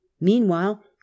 Meanwhile